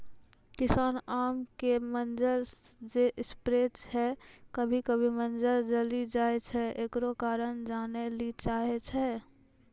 किसान आम के मंजर जे स्प्रे छैय कभी कभी मंजर जली जाय छैय, एकरो कारण जाने ली चाहेय छैय?